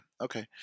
okay